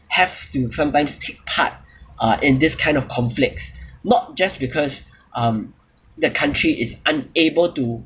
have to sometimes take part uh in this kind of conflicts not just because um the country is unable to